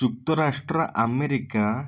ଯୁକ୍ତରାଷ୍ଟ୍ର ଆମେରିକା